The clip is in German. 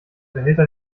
behälter